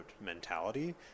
mentality